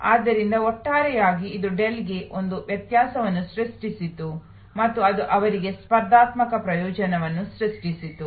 ಆದ್ದರಿಂದ ಒಟ್ಟಾರೆಯಾಗಿ ಇದು ಡೆಲ್ಗೆ ಒಂದು ವ್ಯತ್ಯಾಸವನ್ನು ಸೃಷ್ಟಿಸಿತು ಮತ್ತು ಅದು ಅವರಿಗೆ ಸ್ಪರ್ಧಾತ್ಮಕ ಪ್ರಯೋಜನವನ್ನು ಸೃಷ್ಟಿಸಿತು